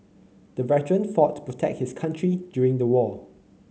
the veteran fought to protect his country during the war